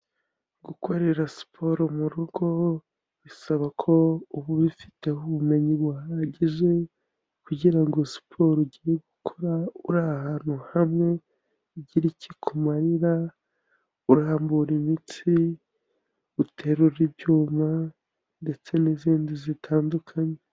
Gukorera siporo mu rugo bisaba ko uba ubifiteho ubumenyi buhagije, kugira ngo siporo ugiye gukora uri ahantu hamwe igire icyo ikumarira, urambura imitsi, uterura ibyuma ndetse n'izindi zitandukanye.